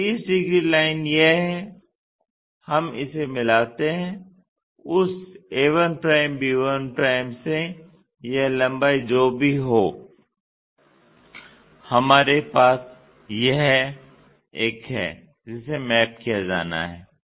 तो 30 degree line यह है हम इसे मिलाते है उस a1 b1 से यह लंबाई जो भी हो हमारे पास यह एक है जिसे मैप किया जाना है